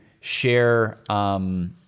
share